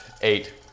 Eight